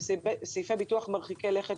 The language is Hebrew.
יש שם גם סעיפי ביטוח מרחיקי לכת